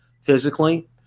physically